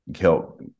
help